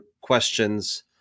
questions